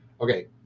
okay